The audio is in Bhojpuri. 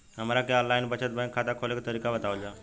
हमरा के आन लाइन बचत बैंक खाता खोले के तरीका बतावल जाव?